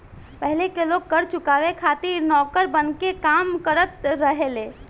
पाहिले के लोग कर चुकावे खातिर नौकर बनके काम करत रहले